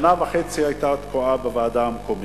שנה וחצי היתה תקועה בוועדה המקומית,